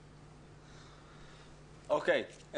אוקיי.